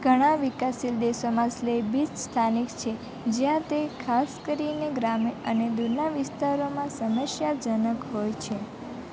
ઘણા વિકાસશીલ દેશોમાં સ્લેબિઝ સ્થાનિક છે જ્યાં તે ખાસ કરીને ગ્રામીણ અને દૂરના વિસ્તારોમાં સમસ્યાજનક હોય છે